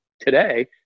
today